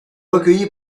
recueilli